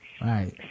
Right